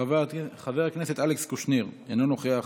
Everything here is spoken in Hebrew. חבר הכנסת אלכס קושניר, אינו נוכח,